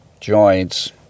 joints